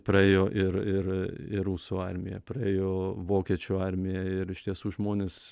praėjo ir ir ir rusų armija praėjo vokiečių armija ir iš tiesų žmonės